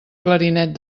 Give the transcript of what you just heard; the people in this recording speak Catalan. clarinet